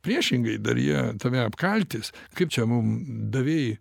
priešingai dar jie tave apkaltis kaip čia mum davei